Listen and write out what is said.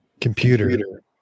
computer